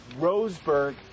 Roseburg